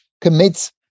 commits